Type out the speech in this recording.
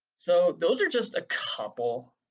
so, those are just a couple.